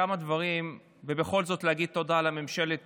כמה דברים ובכל זאת להגיד תודה לממשלה,